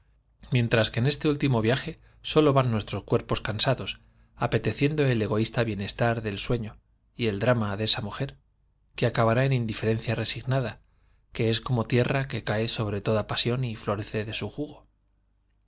mientras que en este último viaje sólo van nuestros cuerpos cansados apeteciendo el egoísta bienestar del sueño y el drama de esa mujer que acabará en indiferencia resignada que es coo tierra que cae sobre toda pasión y florece de su jugo